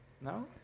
No